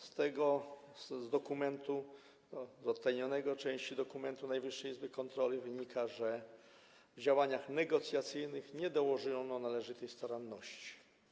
Z tego odtajnionego dokumentu, z części dokumentu Najwyższej Izby Kontroli wynika, że w działaniach negocjacyjnych nie dołożono należytej staranności.